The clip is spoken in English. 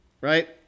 right